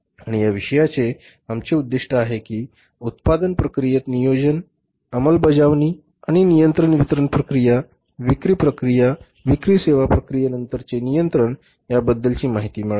आणि या विषयाचे आमचे उद्दीष्ट आहे की उत्पादन प्रक्रियेचे नियोजन अंमलबजावणी आणि नियंत्रण वितरण प्रक्रिया विक्री प्रक्रिया आणि विक्री सेवा प्रक्रिये नंतरचे नियंत्रण याबद्दलची माहिती मिळावी